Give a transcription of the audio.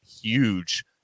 huge